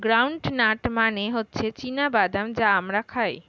ground nut মানে হচ্ছে চীনা বাদাম যা আমরা খাই